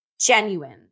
genuine